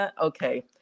okay